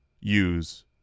use